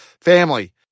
family